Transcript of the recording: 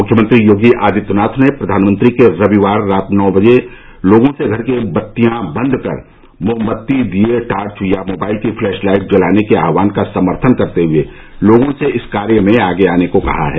मुख्यमंत्री योगी आदित्यनाथ ने प्रधानमंत्री के रविवार रात नौ बजे लोगों से घर की बत्तियां बंद कर मोमबत्ती दिए टॉर्च या मोबाइल की पलैश लाइट जलाने के आह्वान का समर्थन करते हुए लोगों से इस कार्य में आगे आने को कहा है